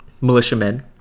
militiamen